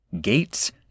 gates